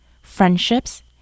friendships